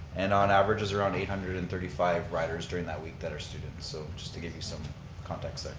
and on averages is around eight hundred and thirty five riders during that week that are students. so just to give you some context there.